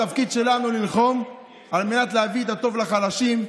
התפקיד שלנו הוא ללחום על מנת להביא את הטוב לחלשים,